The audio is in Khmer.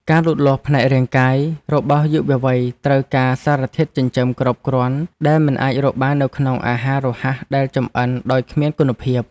ការលូតលាស់ផ្នែករាងកាយរបស់យុវវ័យត្រូវការសារធាតុចិញ្ចឹមគ្រប់គ្រាន់ដែលមិនអាចរកបាននៅក្នុងអាហាររហ័សដែលចម្អិន ដោយគ្មានគុណភាព។